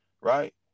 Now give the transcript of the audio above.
Right